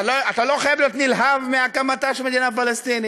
אתה לא חייב להיות נלהב מהקמתה של מדינה פלסטינית,